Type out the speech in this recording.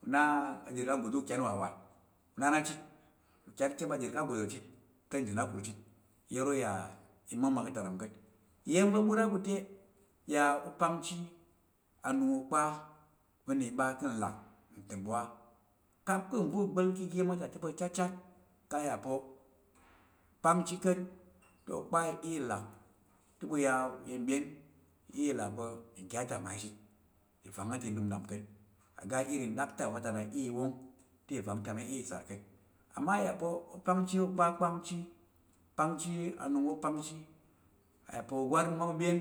ɓu na aɗir ka̱ agodi ukyan wa wal. U nana chit, ukyan kam aɗir kạ ago̱do̱ u’kyan wa chit. Iyam ya imakmak ka̱ ta lap ka̱t. Iyan va ɓur ə ɓu te ya ɓu pəngchi anag akpa va̱ i ɓa ka̱ nlak ntam wo ə. Kəp ka̱’ nva̱ u gbal ka̱ iya̱n ə ta chit pa̱ catat, kang a ya’pa̱ u pa̱ ivang ta i nam lap ka̱t. Oga iri nɗaktak vota na i iya i iye i wongte ivangta i iya i sar ka̱t a mə ayə pa̱ u paigchi okpə pə ngchi, u pengchi u paugchi anang wo pangchi a yə igwar wo byen.